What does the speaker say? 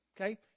okay